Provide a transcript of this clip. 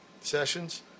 sessions